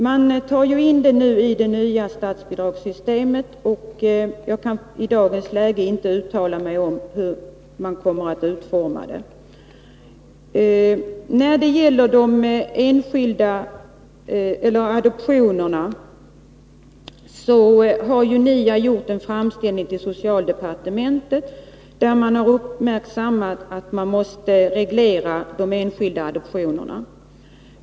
Det stödet tas ini det nya statsbidragssystemet, och jag kan i dagens läge inte uttala mig om hur man kommer att utforma det. Vad beträffar adoptionerna har NIA gjort en framställning till socialdepartementet angående reglering av de enskilda adoptionerna.